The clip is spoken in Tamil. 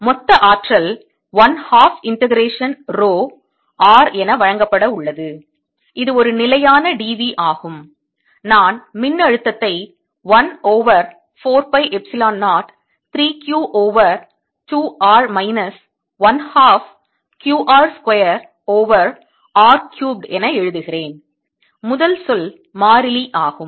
எனவே மொத்த ஆற்றல் 1 ஹாஃப் இண்டெகரேஷன் ரோ r என வழங்கப்பட உள்ளது இது ஒரு நிலையான d v ஆகும் நான் மின்னழுத்தத்தை 1 over 4 pi epsilon 0 3 Q over 2 R minus 1 half Q r square over R cubed என எழுதுகிறேன் முதல் சொல் மாறிலி ஆகும்